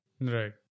Right